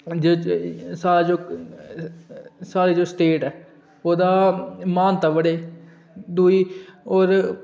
साढ़ी जो स्टेट ऐ ओह्दी महानता बढ़े दूई होर